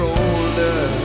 older